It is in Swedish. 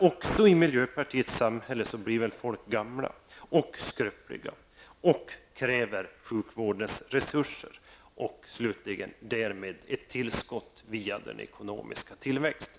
Också i miljöpartiets samhälle blir ju människor gamla och skröpliga och kräver sjukvårdens resurser -- och därmed ett tillskott via den ekonomiska tillväxten.